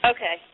Okay